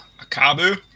Akabu